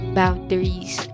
boundaries